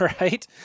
Right